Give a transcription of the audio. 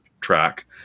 track